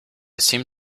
seem